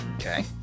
okay